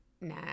nah